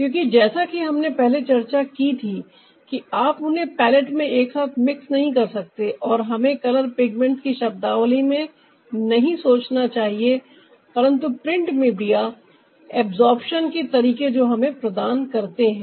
क्योंकि जैसा कि हमने पहले चर्चा की थी कि आप उन्हें पैलेट में एक साथ मिक्स नहीं कर सकते और हमें कलर पिगमेंट्स की शब्दावली में नहीं सोचना चाहिए परंतु प्रिंट मीडिया अब्जॉर्प्शन के तरीके जो हमें प्रदान करते हैं